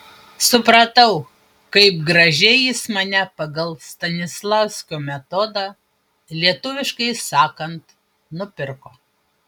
supratau kaip gražiai jis mane pagal stanislavskio metodą lietuviškai sakant nupirko